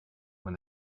when